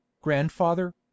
grandfather